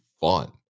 fun